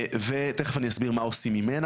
ותכף אני אסביר מה עושים ממנה,